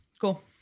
cool